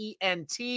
ENT